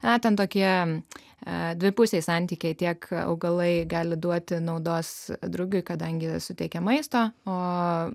ten tokie dvipusiai santykiai tiek augalai gali duoti naudos drugiui kadangi suteikia maisto o